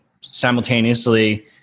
simultaneously